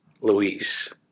Luis